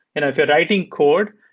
if you're writing code,